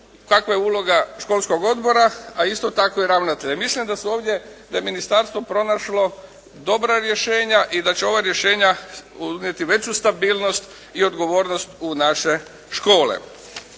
kakva je uloga školskog odbora a isto tako i ravnatelja. Mislim da su ovdje, da je ministarstvo pronašlo dobra rješenja i da će ova rješenja unijeti veću stabilnost i odgovornost u naše škole.